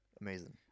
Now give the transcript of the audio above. Amazing